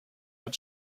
are